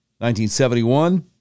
1971